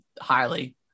highly